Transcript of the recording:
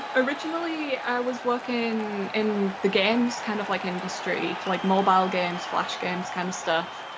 originally, i was working in the games kind of like industry, like mobile games, flash games kind of stuff,